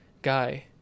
Guy